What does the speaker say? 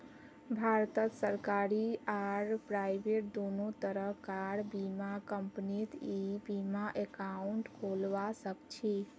भारतत सरकारी आर प्राइवेट दोनों तरह कार बीमा कंपनीत ई बीमा एकाउंट खोलवा सखछी